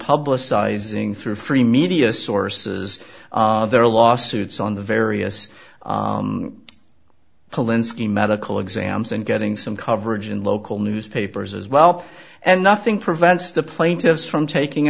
publicizing through free media sources there are lawsuits on the various kalinski medical exams and getting some coverage in local newspapers as well and nothing prevents the plaintiffs from taking